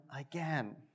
again